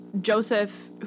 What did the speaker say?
Joseph